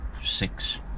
six